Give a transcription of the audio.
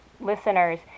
listeners